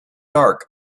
dark